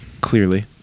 clearly